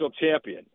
champion